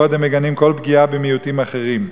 בעוד הם מגנים כל פגיעה במיעוטים אחרים.